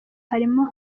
harimo